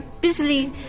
busily